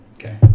Okay